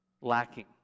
lacking